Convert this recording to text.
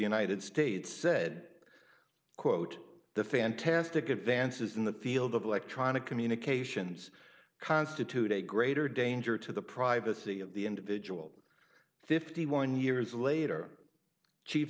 united states said quote the fantastic advances in the field of electronic communications constitute a greater danger to the privacy of the individual fifty one years later chief